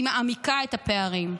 היא מעמיקה את הפערים,